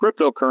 cryptocurrency